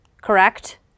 correct